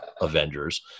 Avengers